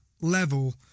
level